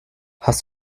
hast